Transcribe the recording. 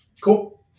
Cool